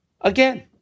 again